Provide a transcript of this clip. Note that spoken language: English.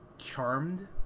charmed